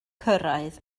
cyrraedd